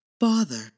Father